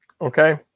Okay